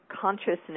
consciousness